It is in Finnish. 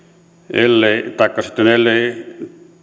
ellei sitten